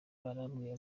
arambwira